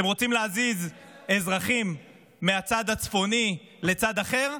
אתם רוצים להזיז אזרחים מהצד הצפוני לצד אחר?